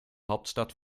hauptstadt